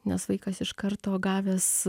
nes vaikas iš karto gavęs